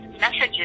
messages